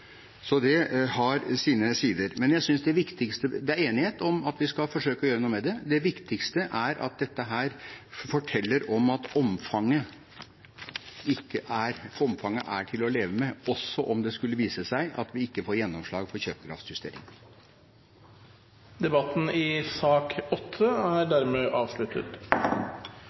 Så det har sine sider. Det er enighet om at vi skal forsøke å gjøre noe med det, men det viktigste er at dette forteller at omfanget er til å leve med, også om det skulle vise seg at vi ikke får gjennomslag for kjøpekraftjustering. Flere har ikke bedt om ordet til sak